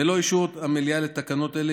ללא אישור המליאה לתקנות אלה,